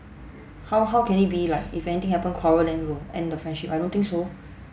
how how can it be like if anything happened quarrel then you will end the friendship I don't think so